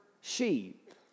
sheep